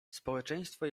społeczeństwo